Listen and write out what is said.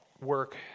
work